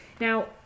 Now